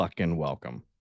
welcome